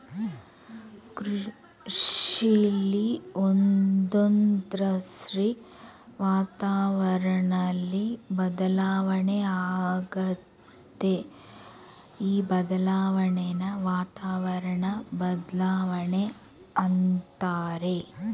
ಕೃಷಿಲಿ ಒಂದೊಂದ್ಸಾರಿ ವಾತಾವರಣ್ದಲ್ಲಿ ಬದಲಾವಣೆ ಆಗತ್ತೆ ಈ ಬದಲಾಣೆನ ವಾತಾವರಣ ಬದ್ಲಾವಣೆ ಅಂತಾರೆ